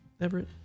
Everett